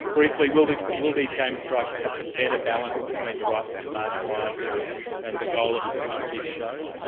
briefly, will these will these games strike perhaps a better balance between the rights of the marginalised and and the goal of putting on a big show?